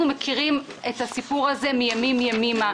אנחנו מכירים את הסיפור הזה מימים ימימה,